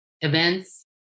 events